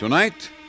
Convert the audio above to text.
Tonight